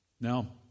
Now